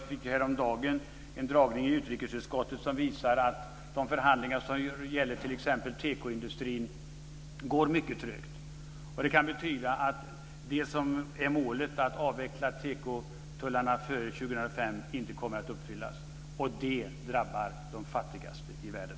Vi fick häromdagen en dragning i utrikesutskottet som visar att de förhandlingar som gäller t.ex. tekoindustrin går mycket trögt. Det kan betyda att det som är målet, att avveckla tekotullarna före 2005, inte kommer att uppfyllas. Det drabbar de fattigaste i världen.